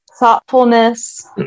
Thoughtfulness